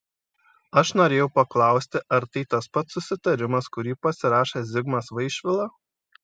aš norėjau paklausti ar tai tas pats susitarimas kurį pasirašė zigmas vaišvila